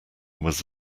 was